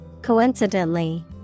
Coincidentally